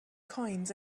coins